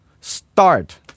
Start